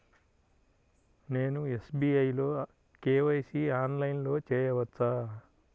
నేను ఎస్.బీ.ఐ లో కే.వై.సి ఆన్లైన్లో చేయవచ్చా?